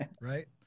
Right